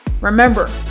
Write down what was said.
Remember